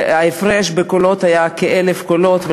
שההפרש בקולות היה כ-1,000 קולות,